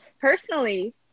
personally